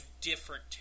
different